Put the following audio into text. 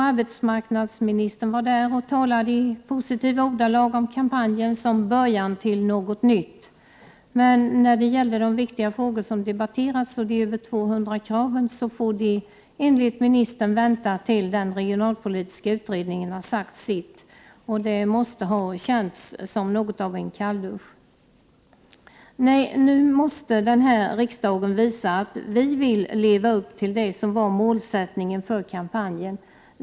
Arbetsmarknadsministern var där och talade i positiva ordalag om kampanjen som början till något nytt, men när det gällde de viktiga frågor som debatterats och de över 200 kraven så får man enligt ministern vänta till dess den regionalpolitiska utredningen sagt sitt. Det måste ha känts som något av en kalldusch. Nu måste riksdagen visa att vi vill leva upp till målsättningen för kampanjen.